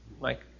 Mike